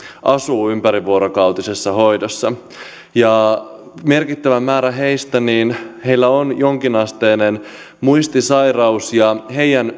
asuu ympärivuorokautisessa hoidossa merkittävällä määrällä heistä on jonkinasteinen muistisairaus ja heidän